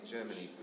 Germany